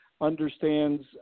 understands